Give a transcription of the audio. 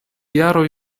jaroj